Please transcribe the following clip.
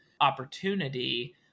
opportunity